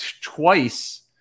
twice –